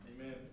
Amen